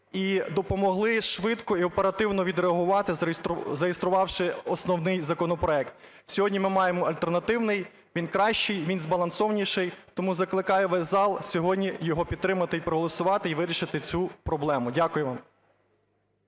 і допомогли швидко і оперативно відреагувати, зареєструвавши основний законопроект. Сьогодні ми маємо альтернативний, він кращий, він збалансованіший. Тому закликаю весь зал сьогодні його підтримати і проголосувати, і вирішити цю проблему. Дякую вам.